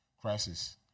crisis